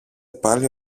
πάλι